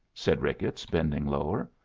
said ricketts, bending lower.